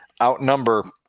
outnumber